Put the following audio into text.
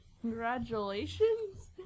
congratulations